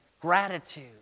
gratitude